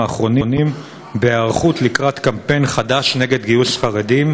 האחרונים בהיערכות לקראת קמפיין חדש נגד גיוס חרדים,